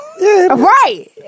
Right